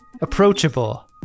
approachable